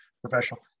professional